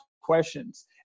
questions